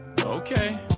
Okay